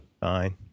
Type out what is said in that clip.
Fine